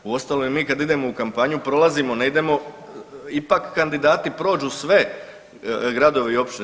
Uostalom i mi kad idemo u kampanju prolazimo, ne idemo ipak kandidati prođu sve gradove i općine.